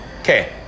Okay